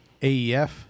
AEF